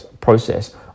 process